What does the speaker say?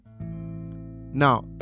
Now